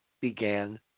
began